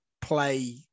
play